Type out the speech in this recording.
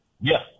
Yes